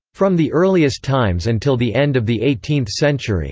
from the earliest times until the end of the eighteenth century